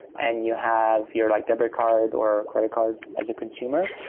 and you have your like debit card or credit card as a consumer.